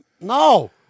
No